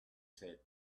said